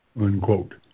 unquote